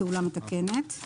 ""פעולה מתקנת"